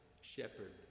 shepherd